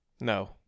No